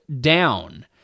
down